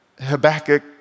Habakkuk